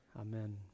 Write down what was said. Amen